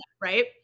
right